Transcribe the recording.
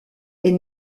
est